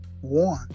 One